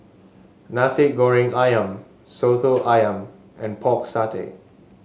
Nasi Goreng ayam soto ayam and Pork Satay